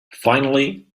finally